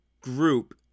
group